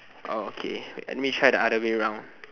oh okay let me try the other way round